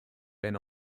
ben